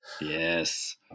Yes